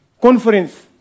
conference